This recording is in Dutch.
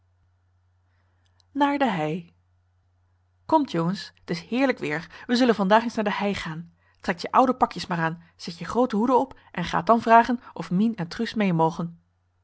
naar de hei omt jongens t is heerlijk weer we zullen vandaag eens naar de hei gaan trekt je oude pakjes maar aan zet je groote hoeden op en gaat dan vragen of mien en truus mee mogen